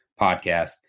podcast